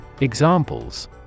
Examples